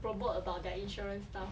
promote about their insurance stuff